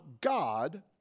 God